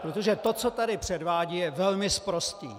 Protože to, co tady předvádí, je velmi sprosté!